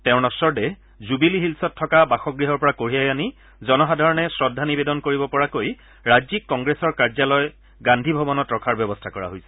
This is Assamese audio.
তেওঁৰ নশ্বৰ দেহ জুবিলী হিল্ছত থকা বাসগৃহৰ পৰা কঢ়িয়াই আনি জনসাধাৰণে শ্ৰদ্ধা নিবেদন কৰিব পৰাকৈ ৰাজ্যিক কংগ্ৰেছৰ কাৰ্যালয় গান্ধী ভৱনত ৰখাৰ ব্যৱস্থা কৰা হৈছে